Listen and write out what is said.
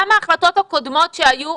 גם ההחלטות הקודמות שהיו,